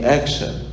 action